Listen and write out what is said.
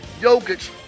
Jokic